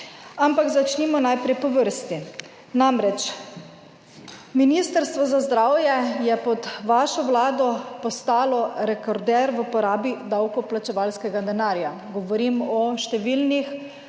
Ampak začnimo najprej po vrsti. Namreč, Ministrstvo za zdravje je pod vašo Vlado postalo rekorder v porabi davkoplačevalskega denarja. Govorim o številnih